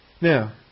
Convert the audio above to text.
Now